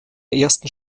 ersten